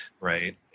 Right